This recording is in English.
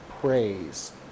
praise